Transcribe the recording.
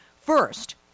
First